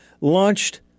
launched